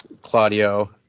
Claudio